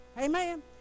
Amen